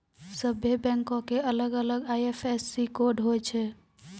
सभ्भे बैंको के अलग अलग आई.एफ.एस.सी कोड होय छै